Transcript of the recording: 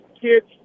kids